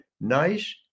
nice